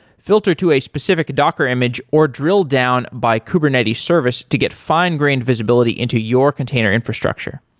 filter to a specific docker image or drill down by kubernetes service to get fine-grained visibility into your container infrastructure.